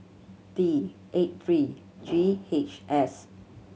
D eight three G H S